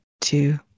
two